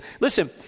Listen